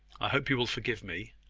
i hope you will forgive me.